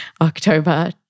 October